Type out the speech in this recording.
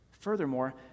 Furthermore